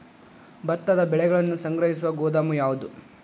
ಭತ್ತದ ಬೆಳೆಯನ್ನು ಸಂಗ್ರಹಿಸುವ ಗೋದಾಮು ಯಾವದು?